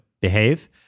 behave